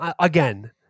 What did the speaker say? again